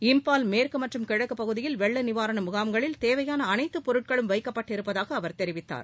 இம்பால் மேற்கு மற்றும் கிழக்குப் பகுதியில் வெள்ளநிவாரண முகாம்களில் தேவையாள அனைத்துப் பொருட்களும் வைக்கப்பட்டு இருப்பதாக அவர் தெரிவித்ததார்